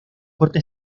corta